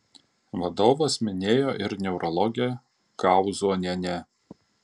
vadovas minėjo ir neurologę kauzonienę